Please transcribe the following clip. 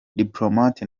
diplomate